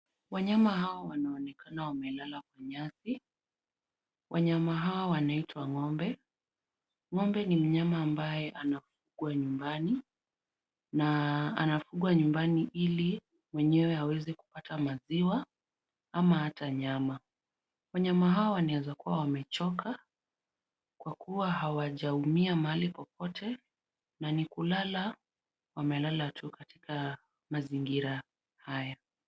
Wanyama hao wanaonekana wamelala Kwa nyasi, wanyama hao wanaitwa ngombe. Ngombe ni mnyama ambaye anafugwa nyumbani na anafugwa nyumbani ili mwenyewe aweze kupata maziwa ama hata nyama. Wanayama hao wanaeza Kuwa wamechoka kwa kuwa hawajaumia mahali popote na nikulala wamelala tu katika mazingira hayo.